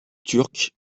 turcs